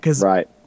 right